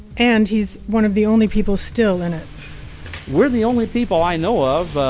and he's one of the only people still in it we're the only people i know of.